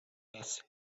does